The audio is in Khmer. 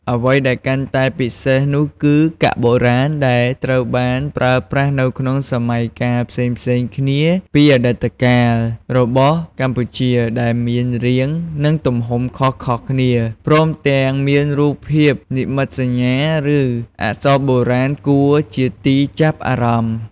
អ្វីដែលកាន់តែពិសេសនោះគឺ កាក់បុរាណ ដែលត្រូវបានប្រើប្រាស់នៅក្នុងសម័យកាលផ្សេងៗគ្នាពីអតីតកាលរបស់កម្ពុជា ដែលមានរាង និងទំហំខុសៗគ្នា ព្រមទាំងមានរូបភាពនិមិត្តសញ្ញា ឬអក្សរបុរាណគួរជាទីចាប់អារម្មណ៍។